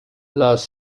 las